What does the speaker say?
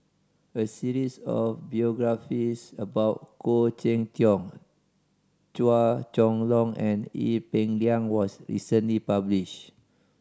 a series of biographies about Khoo Cheng Tiong Chua Chong Long and Ee Peng Liang was recently publish